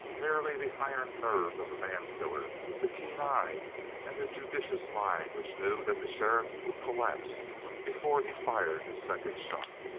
merely the iron nerve of the man-killer, the keen eye and the judicious mind which knew that the sheriff would collapse before he fired his second shot.